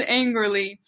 angrily